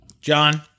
John